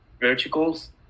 verticals